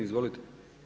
Izvolite.